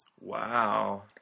Wow